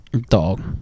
Dog